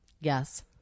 Yes